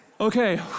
Okay